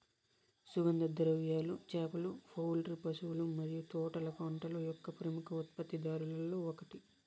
సుగంధ ద్రవ్యాలు, చేపలు, పౌల్ట్రీ, పశువుల మరియు తోటల పంటల యొక్క ప్రముఖ ఉత్పత్తిదారులలో ఒకటి